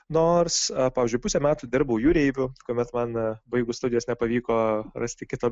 nors pavyzdžiui pusę metų dirbau jūreiviu kuomet man baigus studijas nepavyko rasti kito